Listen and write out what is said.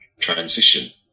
transition